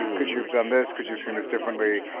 could you have done this? could you have seen this differently?